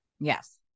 Yes